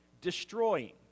destroying